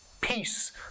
peace